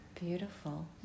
Beautiful